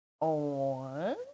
on